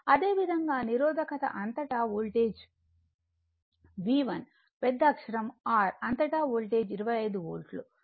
అదేవిధంగా నిరోధకత అంతటా వోల్టేజ్ V1 పెద్దఅక్షరం R అంతటా వోల్టేజ్ 25 వోల్ట్లు